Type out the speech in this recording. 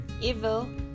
evil